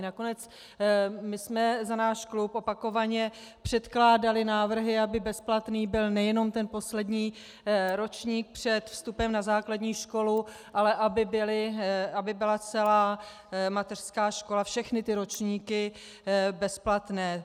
Nakonec jsme za náš klub opakovaně předkládali návrhy, aby bezplatný byl nejenom ten poslední ročník před vstupem na základní školu, ale aby byla celá mateřská škola, všechny ročníky bezplatné.